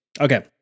okay